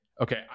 okay